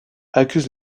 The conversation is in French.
accuse